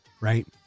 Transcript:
right